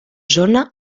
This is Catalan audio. zona